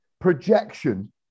projection